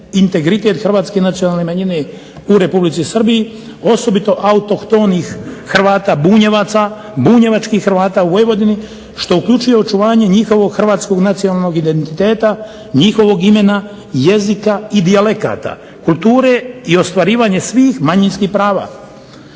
integritet hrvatske nacionalne manjine u Republici Srbiji, osobito autohtonih Hrvata Bunjevaca, bunjevačkih Hrvata u Vojvodini što uključuje očuvanje njihovog hrvatskog nacionalnog identiteta, njihovog imena, jezika i dijalekata, kulture i ostvarivanje svih manjinskih prava".